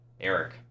Eric